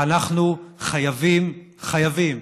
ואנחנו חייבים, חייבים,